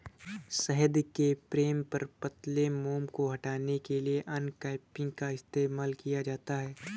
शहद के फ्रेम पर पतले मोम को हटाने के लिए अनकैपिंग का इस्तेमाल किया जाता है